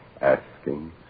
asking